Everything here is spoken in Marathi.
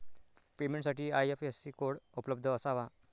पेमेंटसाठी आई.एफ.एस.सी कोड उपलब्ध असावा